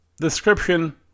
description